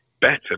better